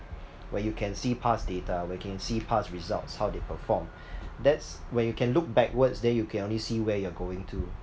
where you can see past data where can see past results how they perform that's when you can look backwards then you can only see where you're going to